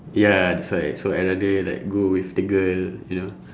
ya that's why so I rather like go with the girl you know